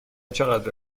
چقدر